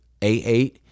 a8